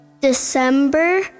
December